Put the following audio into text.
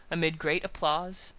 amid great applause,